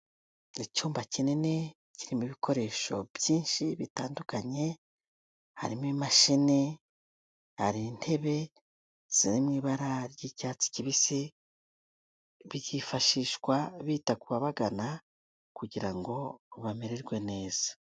Icyumba kinini kirimo ibikoresho byinshi bitandukanye harimo imashini, hari intebe ziri mu ibara ry'icyatsi kibisi, byifashishwa bita ku babagana kugira ngo bamererwe neza.